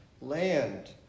land